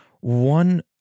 one